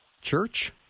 church